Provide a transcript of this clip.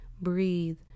breathe